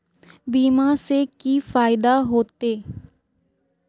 बीमा से की फायदा होते?